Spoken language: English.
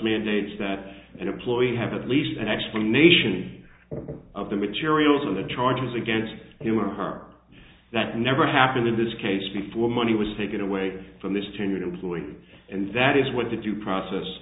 mandates that an employee have at least an explanation of the materials of the charges against him or her that never happened in this case before money was taken away from this tenured employee and that is what the due process